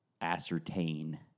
ascertain